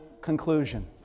conclusion